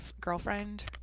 girlfriend